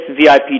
VIP